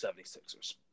76ers